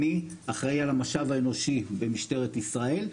אני אחראי על המשאב האנושי במשטרת ישראל.